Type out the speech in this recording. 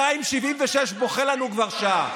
אתה, עם 76, בוכה לנו כבר שעה.